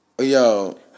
Yo